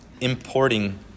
importing